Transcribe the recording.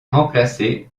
remplacé